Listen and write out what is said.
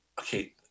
Okay